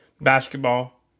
basketball